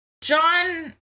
John